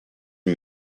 une